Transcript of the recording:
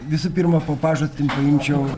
visų pirma po pažastim paimčiau